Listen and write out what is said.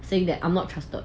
saying that I'm not trusted